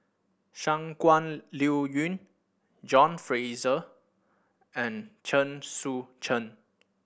Shangguan Liuyun John Fraser and Chen Sucheng